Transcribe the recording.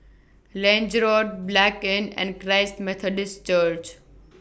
Lange Road Blanc Inn and Christ Methodist Church